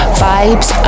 vibes